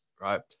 right